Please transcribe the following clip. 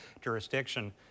jurisdiction